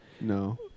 No